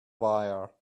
wire